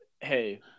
hey